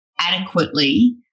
adequately